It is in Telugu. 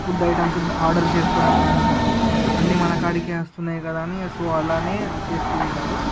ఫుడ్ ఐటమ్స్ ఆర్డర్ చేసుకోవడం కానీ అన్ని మన కాడికి వస్తున్నాయి కదా అని సో అలానే చేస్తూ ఉంటారు